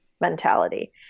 mentality